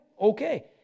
Okay